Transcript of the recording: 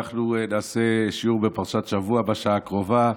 אנחנו נעשה שיעור בפרשת השבוע בשעה הקרובה,